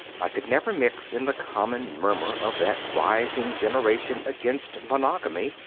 i could never mix in the common murmur of that rising generation against monogamy,